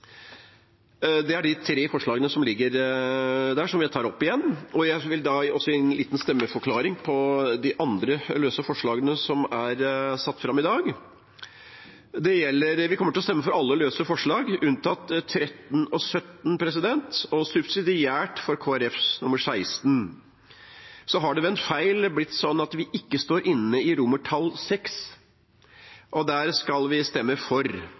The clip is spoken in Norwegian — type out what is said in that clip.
Det er de tre løse forslagene som foreligger, og som jeg tar opp. Jeg vil også gi en stemmeforklaring for de andre løse forslagene som er satt fram i dag. Vi kommer til å stemme for alle de løse forslagene unntatt nr. 13 og 17, subsidiært for forslag nr. 16, fra Kristelig Folkeparti. Ved en feil står det ikke at vi er med på VI i innstillingen. Vi skal stemme for